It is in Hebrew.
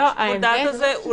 שיקול הדעת אינו